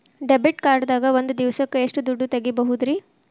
Debit card ದಾಗ ಒಂದ್ ದಿವಸಕ್ಕ ಎಷ್ಟು ದುಡ್ಡ ತೆಗಿಬಹುದ್ರಿ?